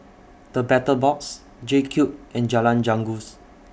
The Battle Box JCube and Jalan Janggus